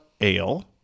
Ale